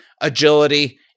agility